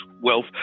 wealth